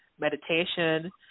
meditation